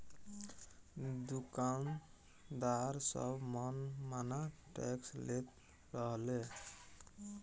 दुकानदार सब मन माना टैक्स लेत रहले